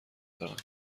دارم